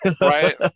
Right